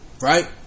right